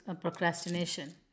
procrastination